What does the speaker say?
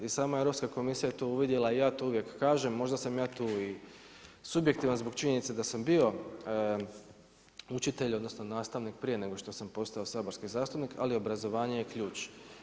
I sama Europska komisija je to uvidjela i ja to uvijek kažem, možda sam ja tu subjektivan zbog činjenice da sam bio učitelj, odnosno nastavnik prije nego sam postao saborski zastupnik, ali obrazovanje je ključ.